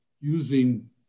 using